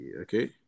Okay